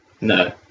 No